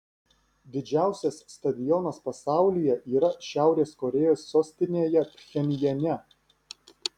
didžiausias stadionas pasaulyje yra šiaurės korėjos sostinėje pchenjane